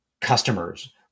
customers